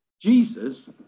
Jesus